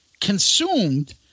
Consumed